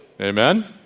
Amen